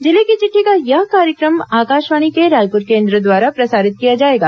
जिले की चिट्ठी का यह कार्यक्रम आकाशवाणी के रायपुर केंद्र द्वारा प्रसारित किया जाएगा